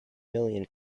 million